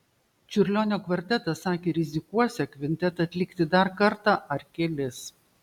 čiurlionio kvartetas sakė rizikuosią kvintetą atlikti dar kartą ar kelis